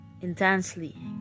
Intensely